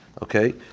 Okay